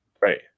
Right